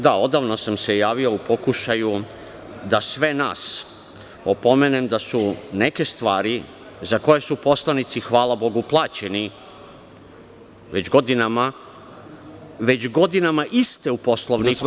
Da, odavno sam se javio, u pokušaju da sve nas opomenem da su neke stvari za koje su poslanici, hvala bogu, plaćeni, već godinama iste u Poslovniku.